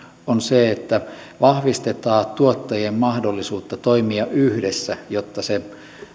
on sitä että vahvistetaan tuottajien mahdollisuutta toimia yhdessä jotta se